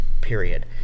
period